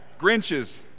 Grinches